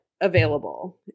available